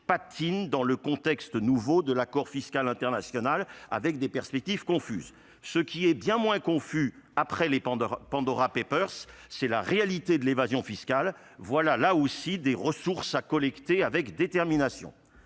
patine, dans le contexte nouveau de l'accord fiscal international, les perspectives restant confuses. Ce qui est bien moins confus, après la publication des, c'est la réalité de l'évasion fiscale : voilà, là aussi, des ressources à collecter avec détermination.